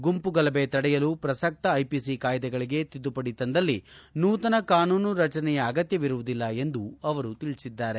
ಗುಂಪು ಗಲಭೆ ತಡೆಯಲು ಪ್ರಸಕ್ತ ಐಪಿಸಿ ಕಾಯ್ಲೆಗಳಿಗೆ ತಿದ್ಲುಪಡಿ ತಂದಲ್ಲಿ ನೂತನ ಕಾನೂನು ರಚನೆಯ ಅಗತ್ಯವಿರುವುದಿಲ್ಲ ಎಂದು ಅವರು ತಿಳಿಸಿದ್ದಾರೆ